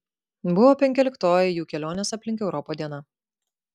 buvo penkioliktoji jų kelionės aplink europą diena